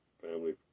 family